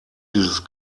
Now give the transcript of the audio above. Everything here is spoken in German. dieses